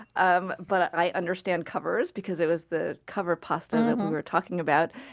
um but i understand covers, because it was the cover pasta that we were talking about.